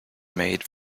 made